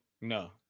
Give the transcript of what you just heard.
No